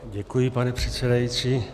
Děkuji, pane předsedající.